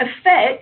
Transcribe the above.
affects